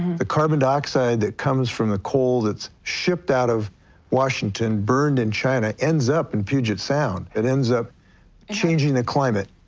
the carbon-dioxide that comes from the coal that's shipped out of washington, burned in china, ends up in puget sound and ends up changing the climate.